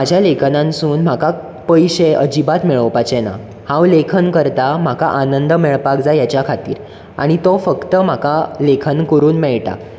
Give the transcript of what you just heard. म्हज्या लेखनासून म्हाका पयशे अजिबात मेळोवपाचे ना हांव लेखन करतां म्हाका आनंद मेळपाक जाय हेच्या खातीर आनी तो फक्त म्हाका लेखन करून मेळटा